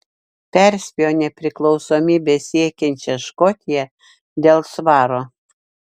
perspėjo nepriklausomybės siekiančią škotiją dėl svaro